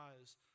eyes